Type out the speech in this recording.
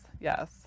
Yes